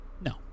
No